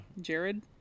Jared